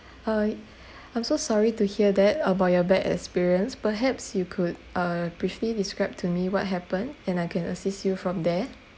I I'm so sorry to hear that about your bad experience perhaps you could uh briefly describe to me what happened and I can assist you from there